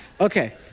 Okay